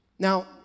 Now